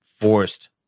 forced